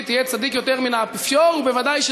יהיה צדיק יותר מן האפיפיור ובוודאי,